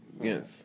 Yes